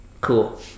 Cool